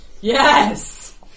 Yes